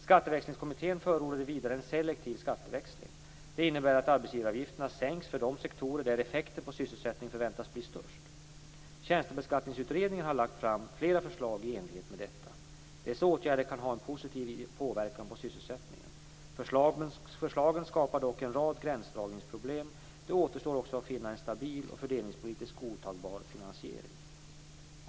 Skatteväxlingskommittén förordade vidare en selektiv skatteväxling. Det innebär att arbetsgivaravgiften sänks för de sektorer där effekten på sysselsättningen förväntas bli störst. Tjänstebeskattningsutredningen har lagt fram flera förslag i enlighet med detta. Dessa åtgärder kan ha en positiv inverkan på sysselsättningen. Förslagen skapar dock en rad gränsdragningsproblem. Det återstår också att finna en stabil och fördelningspolitiskt godtagbar finansiering.